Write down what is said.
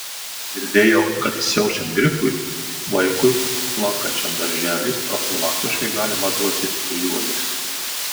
girdėjau kad siaučiant gripui vaikui lankančiam darželį profilaktiškai galima duoti ežiuolės